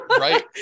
right